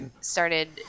started